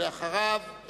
אחריו,